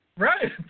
Right